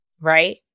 right